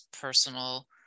personal